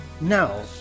Now